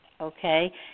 okay